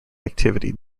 activity